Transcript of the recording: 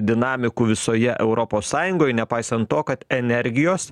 dinamikų visoje europos sąjungoj nepaisant to kad energijos